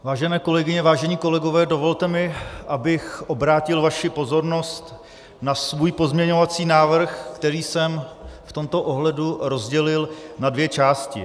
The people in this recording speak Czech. Vážené kolegyně, vážení kolegové, dovolte mi, abych obrátil vaši pozornost na svůj pozměňovací návrh, který jsem v tomto ohledu rozdělil na dvě části.